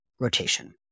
rotation